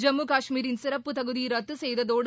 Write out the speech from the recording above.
ஜம்மு காஷ்மீரின் சிறப்பு தகுதி ரத்து செய்ததோடு